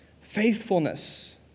faithfulness